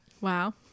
Wow